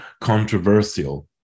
controversial